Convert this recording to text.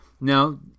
Now